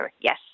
yes